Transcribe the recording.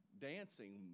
dancing